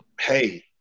hey